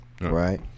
right